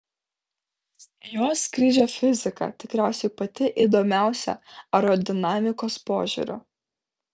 jo skrydžio fizika tikriausiai pati įdomiausia aerodinamikos požiūriu